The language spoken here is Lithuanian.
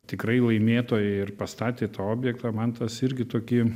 tikrai laimėtojai ir pastatė tą objektą man tas irgi tokį